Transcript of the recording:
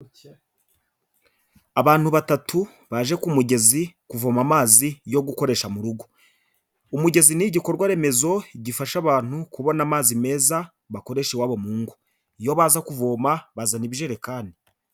Abantu batatu baje ku mugezi kuvoma amazi yo gukoresha mu rugo, umugezi ni igikorwa remezo gifasha abantu kubona amazi meza bakoresha iwabo mu ngo, iyo baza kuvoma bazana ibijerekani.